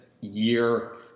year